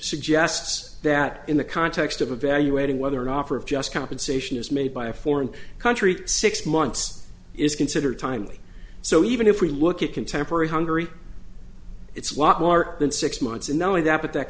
suggests that in the context of evaluating whether an offer of just compensation is made by a foreign country six months is considered timely so even if we look at contemporary hungary it's lot more than six months and not only that but that